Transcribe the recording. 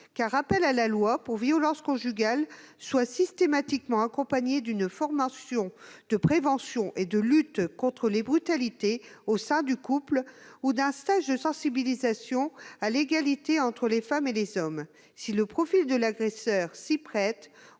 qu'un rappel à la loi pour violences conjugales soit systématiquement accompagné d'une formation de prévention et de lutte contre les brutalités au sein du couple ou d'un stage de sensibilisation à l'égalité entre les femmes et les hommes. Si le profil de l'agresseur s'y prête,